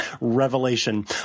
revelation